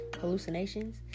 hallucinations